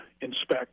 inspect